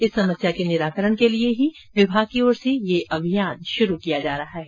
इस समस्या के निराकरण के लिए ही विभाग की ओर से यह अभियान शुरू किया जा रहा है